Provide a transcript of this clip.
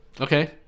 okay